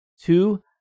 Two